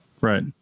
Right